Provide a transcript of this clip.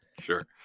Sure